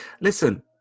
listen